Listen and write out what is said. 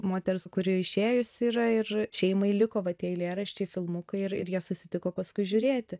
moters kuri išėjusi yra ir šeimai liko va tie eilėraščiai filmukai ir ir jie susitiko paskui žiūrėti